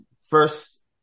first